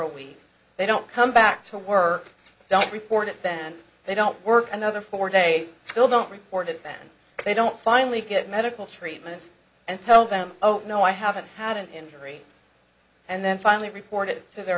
a week they don't come back to work don't report it then they don't work another four days still don't report it when they don't finally get medical treatment and tell them oh no i haven't had an injury and then finally reported to their